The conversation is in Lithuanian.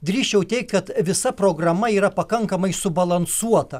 drįsčiau teigt kad visa programa yra pakankamai subalansuota